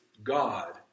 God